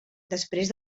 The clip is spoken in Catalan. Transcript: després